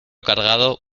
cargado